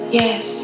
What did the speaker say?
yes